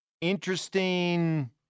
interesting